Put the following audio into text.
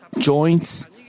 joints